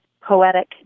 poetic